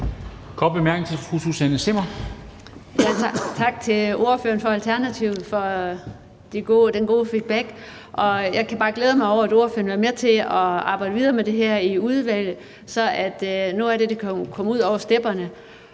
Zimmer. Kl. 14:09 Susanne Zimmer (FG): Tak til ordføreren for Alternativet for den gode feedback. Jeg kan bare glæde mig over, at ordføreren vil være med til at arbejde videre med det her i udvalget, så noget af det kan komme ud over stepperne.